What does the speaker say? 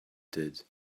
did